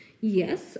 Yes